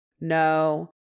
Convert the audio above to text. no